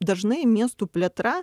dažnai miestų plėtra